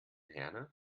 herne